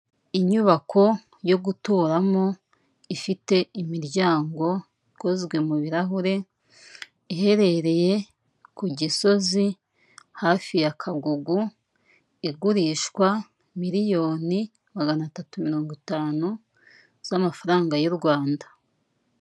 Inyubako yo guturamo, ifite imiryango ikozwe mu birarahure, iherereye ku gisozi hafi ya kagugu, igurishwa miliyoni magana atatu mirongo itanu z'amafaranga y'u Rwanda.